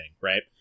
right